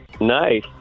Nice